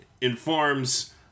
informs